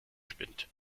spinnt